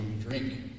drink